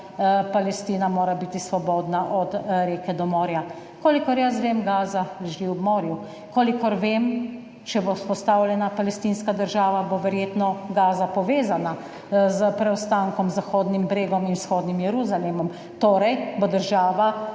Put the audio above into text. slogan Palestina mora biti svobodna od reke do morja. Kolikor jaz vem, Gaza leži ob morju. Kolikor vem, če bo vzpostavljena palestinska država, bo verjetno Gaza povezana s preostankom Zahodnim bregom in vzhodnim Jeruzalemom,